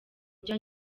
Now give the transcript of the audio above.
njya